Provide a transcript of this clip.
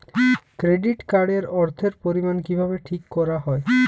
Credit card এর অর্থের পরিমান কিভাবে ঠিক করা হয়?